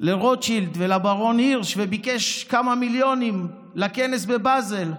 לרוטשילד ולברון הירש וביקש כמה מיליונים לכנס בבאזל,